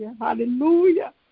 Hallelujah